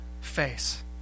face